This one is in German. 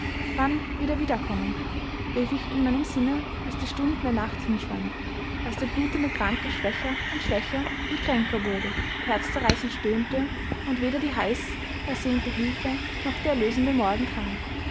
wann wird er wiederkommen rief ich in meinem sinne als die stunden der nacht hinschwanden als der blutende kranke schwächer und schwächer und kränker wurde und herzzerreißend stöhnte und weder die heißersehnte hilfe noch der erlösende morgen kam